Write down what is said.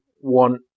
want